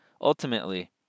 ultimately